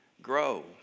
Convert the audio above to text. Grow